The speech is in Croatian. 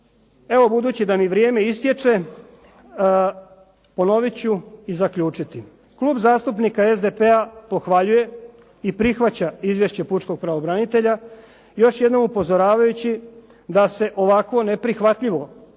Evo, budući da mi vrijeme istječe ponovit ću i zaključiti. Klub zastupnika SDP-a pohvaljuje i prihvaća Izvješće pučkog pravobranitelja još jednom upozoravajući da se ovakvo neprihvatljivo